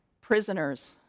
prisoners